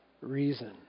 reason